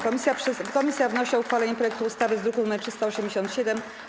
Komisja wnosi o uchwalenie projektu ustawy z druku nr 387.